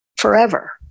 forever